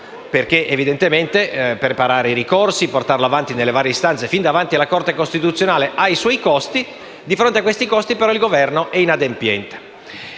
denaro: evidentemente, preparare i ricorsi e portarli avanti nelle varie istanze fin davanti alla Corte costituzionale ha i suoi costi; ma di fronte a questi costi il Governo è inadempiente.